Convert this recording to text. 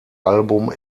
album